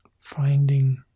finding